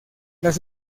las